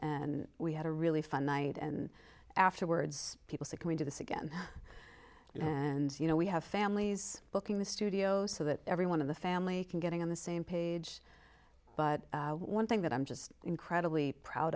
and we had a really fun night and afterwards people succumbing to this again and you know we have families booking the studio so that everyone in the family can getting on the same page but one thing that i'm just incredibly proud